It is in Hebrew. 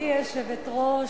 גברתי היושבת-ראש,